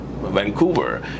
Vancouver